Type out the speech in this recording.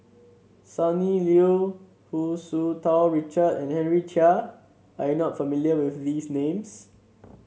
Sonny Liew Hu Tsu Tau Richard and Henry Chia are you not familiar with these names